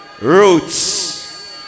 Roots